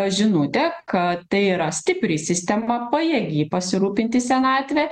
žinutė kad tai yra stipri sistema pajėgi pasirūpinti senatve